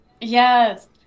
Yes